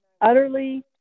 utterly